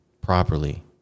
properly